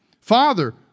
Father